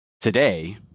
today